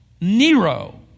Nero